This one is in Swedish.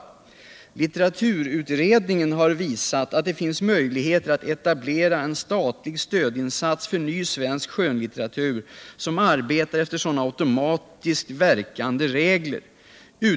LCitteraturutredningen har visat att det finns möjligheter att etablera en statlig stödinsats för ny svensk skönlitteratur som arbetar efter sådana automatiskt verkande regler.